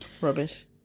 Rubbish